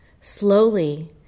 Slowly